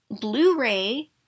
Blu-ray